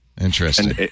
Interesting